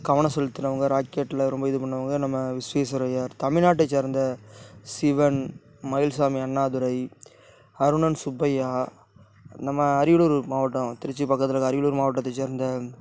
கவனம் செலுத்துறவங்க ராக்கெட்டில் ரொம்ப இது பண்ணவங்க நம்ம விஸ்வேஸ்வரர் அய்யா தமிழ்நாட்டைச் சேர்ந்த சிவன் மயில்சாமி அண்ணாதுரை அருணன் சுப்பையா நம்ம அரியலூர் மாவட்டம் திருச்சி பக்கத்தில் அரியலூர் மாவட்டத்தைச் சேர்ந்த